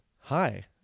Hi